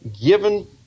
given